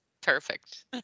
Perfect